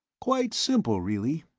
quite simple, really,